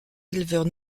éleveurs